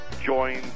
join